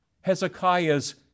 Hezekiah's